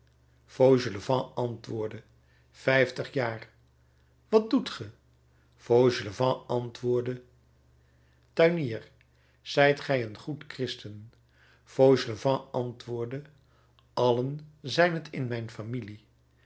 fauchelevent antwoordde vijftig jaar wat doet ge fauchelevent antwoordde tuinier zijt ge een goed christen fauchelevent antwoordde allen zijn het in mijn familie